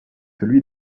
celui